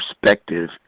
perspective